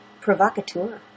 provocateur